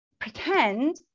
pretend